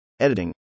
editing